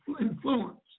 influence